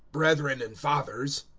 brethren and fathers,